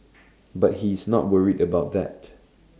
but he's not worried about that